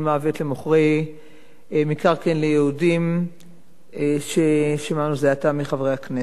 מוות למוכרי מקרקעין ליהודים ששמענו זה עתה מחברי הכנסת.